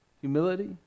humility